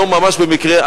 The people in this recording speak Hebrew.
ממש במקרה,